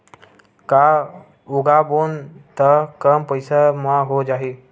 का उगाबोन त कम पईसा म हो जाही?